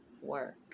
work